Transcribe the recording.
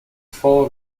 four